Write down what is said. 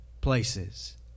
places